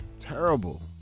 terrible